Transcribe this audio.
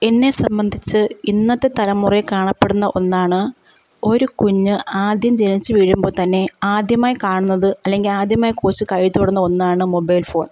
എന്നെ സംബന്ധിച്ച് ഇന്നത്തെ തലമുറയിൽ കാണപ്പെടുന്ന ഒന്നാണ് ഒരു കുഞ്ഞ് ആദ്യം ജനിച്ച് വീഴുമ്പോൾ തന്നെ ആദ്യമായി കാണുന്നത് അല്ലെങ്കിൽ ആദ്യമായി കൊച്ച് കയ്യിൽ തൊടുന്ന ഒന്നാണ് മൊബൈൽ ഫോൺ